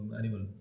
animal